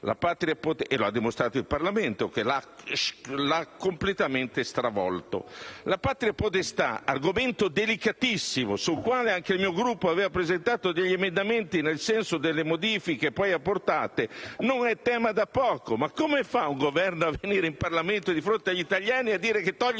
Lo ha dimostrato il Parlamento, che ha completamente stravolto il testo. La responsabilità genitoriale - argomento delicatissimo sul quale anche il mio Gruppo aveva presentato degli emendamenti nel senso delle modifiche poi apportate - non è tema da poco. Come fa un Governo a venire in Parlamento di fronte agli italiani a dire che toglie la